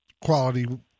quality